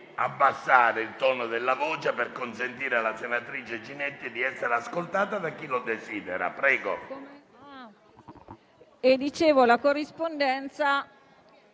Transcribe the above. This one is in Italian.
abbassare il tono della voce per consentire alla senatrice Ginetti di essere ascoltata da chi lo desidera.